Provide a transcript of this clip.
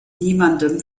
niemandem